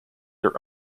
their